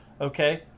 okay